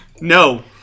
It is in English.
no